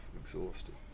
exhausted